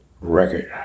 record